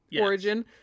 origin